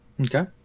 Okay